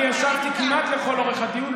אני ישבתי כמעט לאורך הדיון,